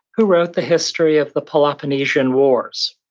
who wrote the history of the peloponnesian wars.